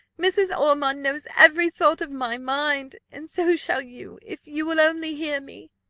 mrs. ormond knows every thought of my mind, and so shall you, if you will only hear me.